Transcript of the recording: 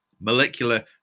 molecular